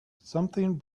something